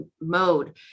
mode